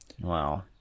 Wow